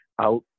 out